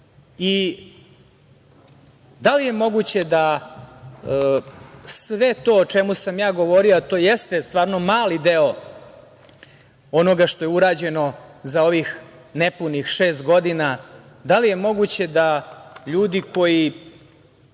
Da li je moguće da sve to o čemu sam ja govorio, a to jeste stvarno mali deo onoga što je urađeno za ovih nepunih šest godina, da li je moguće da ljudi koji